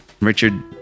Richard